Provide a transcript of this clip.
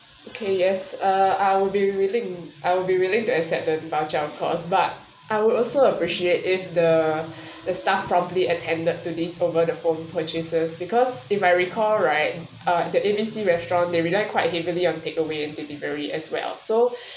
okay yes uh I'll be willing I will be willing to accept the voucher of cause but I would also appreciate if the the staff properly attended to these over the phone purchases because if I recall right uh the A B C restaurant they rely quite heavily on take away and delivery as well so